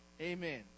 amen